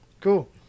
Cool